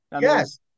Yes